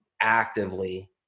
actively